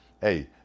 Hey